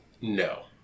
No